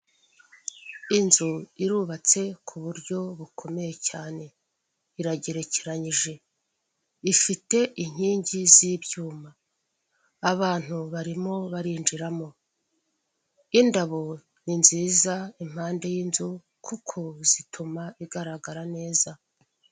Icyapa kiriho amafoto atatu magufi y'abagabo babiri uwitwa KABUGA n 'uwitwa BIZIMANA bashakishwa kubera icyaha cya jenoside yakorewe abatutsi mu Rwanda.